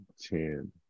ten